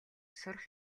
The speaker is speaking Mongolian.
сурах